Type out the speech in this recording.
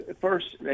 first